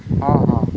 ᱦᱮᱸ ᱦᱮᱸ